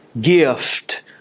gift